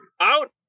out